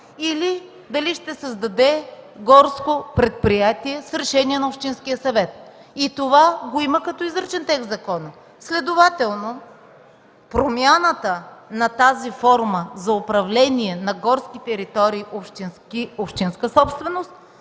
има, или ще създаде горско предприятие с решение на общинския съвет. Това го има като изричен текст в закона. Следователно решението за промяната на тази форма за управление на горски територии – общинска собственост,